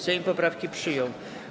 Sejm poprawki przyjął.